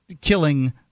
killing